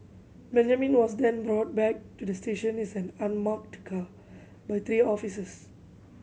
Benjamin was then brought back to the station is an unmarked car by three officers